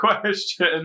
question